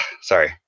Sorry